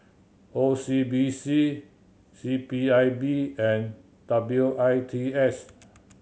O C B C C P I B and W I T S